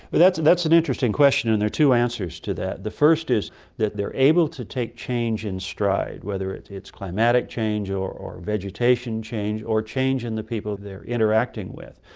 but that's that's an interesting question, and there are two answers to that. the first is that they're able to take change in stride, whether it's it's climatic change or or vegetation change or change in the people they're interacting with.